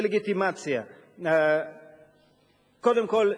דה-לגיטימציה: קודם כול,